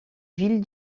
ville